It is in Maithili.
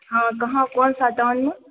हॅं कहाॅं कोन सा टाउनमे